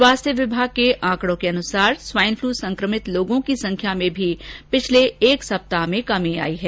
स्वास्थ्य विभाग के आंकडों के अनुसार स्वाइन फलू संक्रमित लोगों की संख्या में भी पिछले एक सप्ताह में कमी आयी है